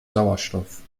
sauerstoff